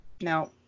No